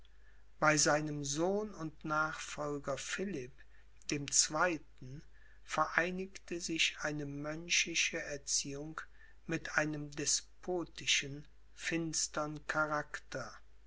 bei seinem sohn und nachfolger philipp dem zweiten vereinigte sich eine mönchische erziehung mit einem despotischen finstern charakter